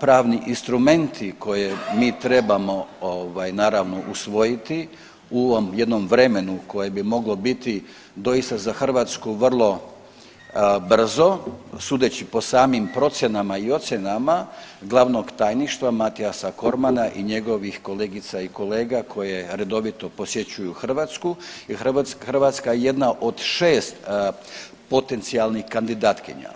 pravni instrumenti koje mi trebamo ovaj naravno usvojiti u ovom jednom vremenu koje bi moglo biti doista za Hrvatsku vrlo brzo sudeći po samim procjenama i ocjenama glavnog tajništva Mathiasa Cormann i njegovih kolegica i kolega koje redovito posjećuju Hrvatsku jer Hrvatska je jedna od 6 potencijalnih kandidatkinja.